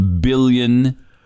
billion